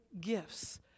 gifts